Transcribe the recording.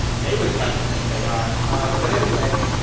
they would like to think they are um but anyway,